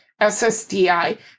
SSDI